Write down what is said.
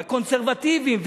הקונסרבטיבים,